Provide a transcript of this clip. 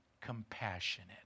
compassionate